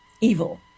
evil